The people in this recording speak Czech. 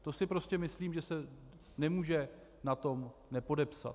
To si prostě myslím, že se nemůže na tom nepodepsat.